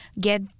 get